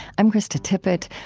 i'm krista tippett.